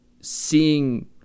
seeing